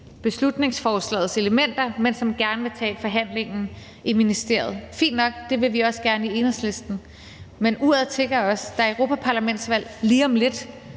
beslutningsforslagets elementer, men som gerne vil tage behandlingen i ministeriet. Det er fint nok, det vil vi også gerne i Enhedslisten. Men uret tikker også, for der er europaparlamentsvalg lige om lidt,